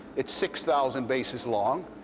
it's six thousand bases long.